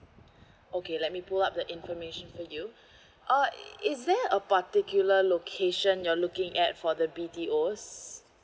okay let me pull up the information for you uh is there a particular location you're looking at for the B_T_Os